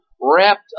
wrapped